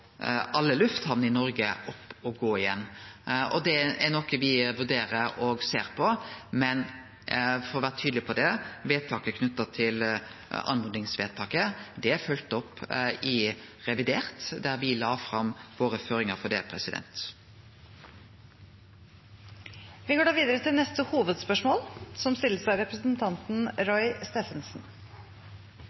alle lufthamner i Noreg opp å gå igjen. Det er noko me vurderer og ser på, men for å vere tydleg på det: Oppmodingsvedtaket er følgt opp i revidert nasjonalbudsjett, der me la fram våre føringar for det. Vi går videre til neste